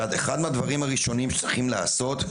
שאחד מהדברים הראשונים שצריכים לעשות,